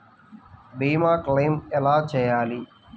భీమ క్లెయిం ఎలా చేయాలి?